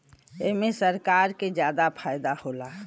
एमन सरकार के जादा फायदा होला